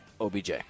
OBJ